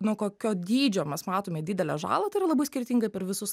nuo kokio dydžio mes matome didelę žalą tai yra labai skirtinga per visus